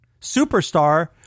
superstar